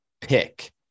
pick